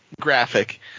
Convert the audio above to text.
graphic